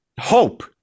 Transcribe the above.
Hope